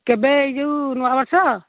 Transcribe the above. କେବେ ଏଇ ଯୋଉ ନୂଆ ବର୍ଷ